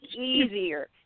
easier